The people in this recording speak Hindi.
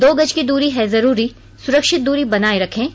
दो गज की दूरी है जरूरी सुरक्षित दूरी बनाए रखें